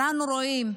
אנחנו רואים.